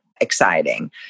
exciting